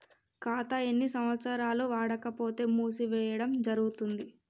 ఖాతా ఎన్ని సంవత్సరాలు వాడకపోతే మూసివేయడం జరుగుతుంది?